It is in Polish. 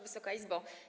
Wysoka Izbo!